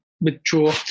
withdraw